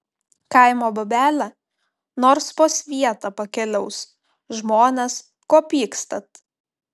kaimo bobelė nors po svietą pakeliaus žmones ko pykstat